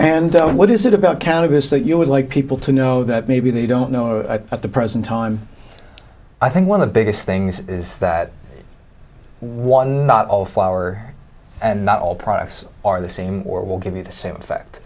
and what is it about count is that you would like people to know that maybe they don't know a the present time i think one of the biggest things is that one not all flour and not all products are the same or will give you the same effect